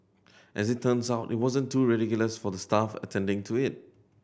as it turns out it wasn't too ridiculous for the staff attending to it